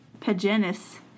Pagenis